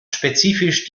spezifisch